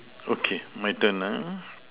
okay my turn uh